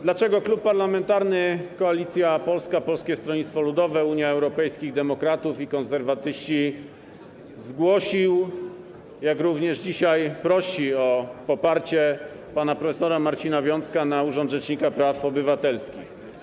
Dlaczego Klub Parlamentarny Koalicja Polska - Polskie Stronnictwo Ludowe, Unia Europejskich Demokratów, Konserwatyści zgłosił - jak również dzisiaj prosi o jego poparcie - pana prof. Marcina Wiącka na urząd rzecznika praw obywatelskich?